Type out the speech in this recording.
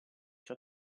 ciò